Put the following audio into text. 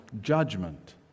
judgment